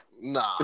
Nah